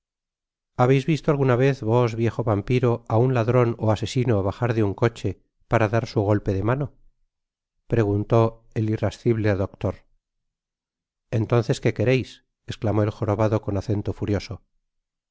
habeis visto alguna vez vos viejo vampiro á un ladron ó asesino bajar de un coche para dar su golpe de mano preguntó el irracible doctor entonces que queréis esclamó el jorobado con acento furioso